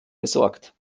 gesorgt